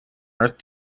earth